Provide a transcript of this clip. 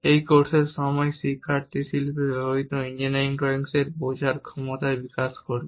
এই কোর্সের সময় শিক্ষার্থী শিল্পে ব্যবহৃত ইঞ্জিনিয়ারিং ড্রয়িং বোঝার দক্ষতা বিকাশ করবে